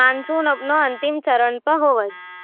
मानसून अपन अंतिम चरण में होवे|